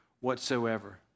whatsoever